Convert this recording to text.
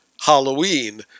Halloween